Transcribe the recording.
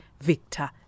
Victor